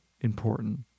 important